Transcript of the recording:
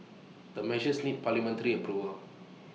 the measures need parliamentary approval